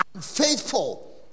faithful